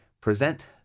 present